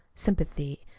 sympathy,